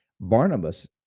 Barnabas